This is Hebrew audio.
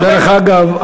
דרך אגב,